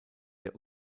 der